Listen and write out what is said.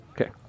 Okay